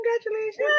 congratulations